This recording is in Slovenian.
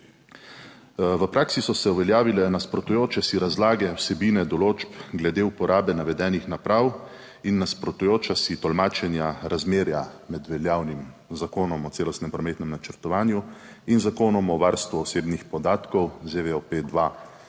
V praksi so se uveljavile nasprotujoče si razlage vsebine določb glede uporabe navedenih naprav in nasprotujoča si tolmačenja razmerja med veljavnim Zakonom o celostnem prometnem načrtovanju in Zakonom o varstvu osebnih podatkov ZVOP-2,